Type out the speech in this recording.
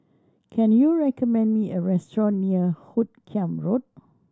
can you recommend me a restaurant near Hoot Kiam Road